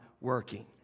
working